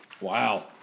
Wow